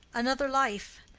another life!